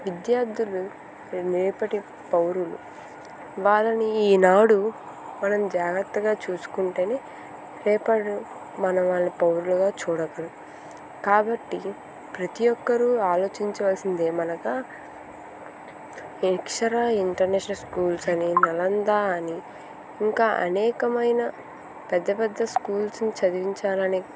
విద్యార్థులు రేపటి పౌరులు వారిని ఈనాడు మనం జాగ్రత్తగా చూసుకుంటేనే రేపటి మనవాళ్ళు పౌరులుగా చూడగలం కాబట్టి ప్రతి ఒక్కరూ ఆలోచించవలసింది ఏమనగా అక్షర ఇంటర్నేషనల్ స్కూల్స్ అని నలందా అని ఇంకా అనేకమైన పెద్ద పెద్ద స్కూల్స్ చదివించాలని